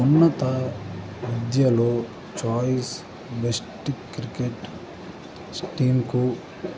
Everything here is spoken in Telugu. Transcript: ఉన్నత విద్యలో ఛాయిస్ బెస్ట్ క్రికెట్ టీంకు